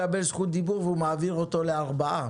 מקבל זכות דיבור והוא מעביר אותה לארבעה.